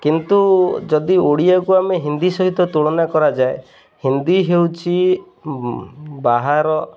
କିନ୍ତୁ ଯଦି ଓଡ଼ିଆକୁ ଆମେ ହିନ୍ଦୀ ସହିତ ତୁଳନା କରାଯାଏ ହିନ୍ଦୀ ହେଉଛି ବାହାର